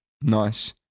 Nice